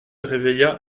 réveilla